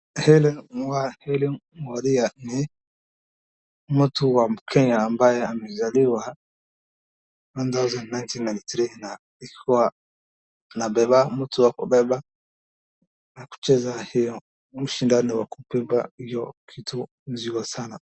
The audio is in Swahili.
Hellen Wawira ni mtu wa Kenya ambaye amezaliwa one thousand nine hundred ninety three na akiwa anabeba mtu waku beba na kucheza hiyo mshindano wa kubeba hiyo kitu nzito sana.